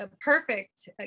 perfect